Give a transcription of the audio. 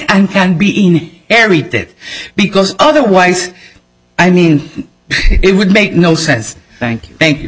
in everything because otherwise i mean it would make no sense thank you thank you